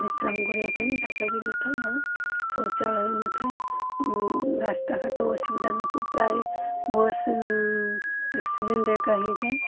ବିଶ୍ରାମ କରିବା ପାଇଁ ଜାଗା ବି ନଥାଏ ଆଉ ଶୌଚାଳୟ ନ ଥାଏ ରାସ୍ତା ଘାଟ ଅସୁବିଧା ଲୋକ ପ୍ରାୟ ବସ୍ ଆକ୍ସିଡ଼େଣ୍ଟ୍ ହେକା ହେଇଯାଏ